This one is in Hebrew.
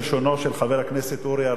בלשונו של חבר הכנסת אורי אריאל,